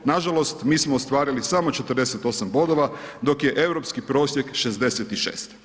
Nažalost, mi smo ostvarili samo 48 bodova, dok je europski prosjek 66.